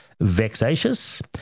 vexatious